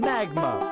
Magma